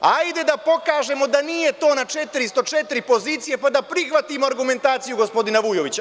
Hajde da pokažemo da nije to na 404 pozicije, pa da prihvatimo argumentaciju gospodina Vujovića.